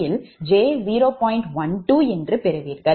12 பெறுவீர்கள்